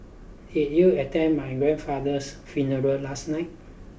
did you attend my grandfather's funeral last night